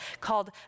called